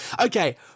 Okay